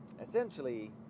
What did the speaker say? essentially